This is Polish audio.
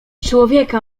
człowieka